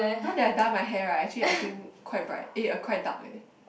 now that I dye my hair right actually I think quite bright eh a quite dark leh